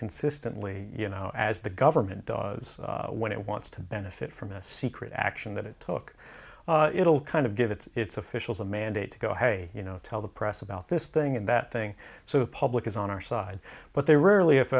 consistently you know as the government does when it wants to benefit from a secret action that it took it'll kind of give its officials a mandate to go hey you know tell the press about this thing and that thing so the public is on our side but they rarely if